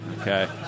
Okay